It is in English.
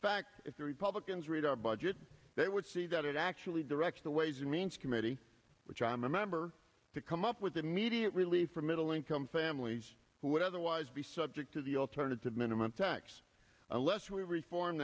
fact if the republicans read our budget they would see that it actually directs the ways and means committee which i'm a member to come up with immediate relief for middle income families who would otherwise be subject to the alternative minimum tax unless we reform